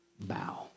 bow